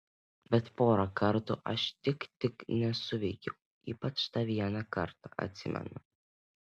bet porą kartų aš tik tik nesuveikiau ypač tą vieną kartą atsimenu